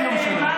מה התשובה?